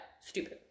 Stupid